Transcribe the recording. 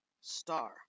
star